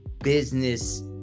business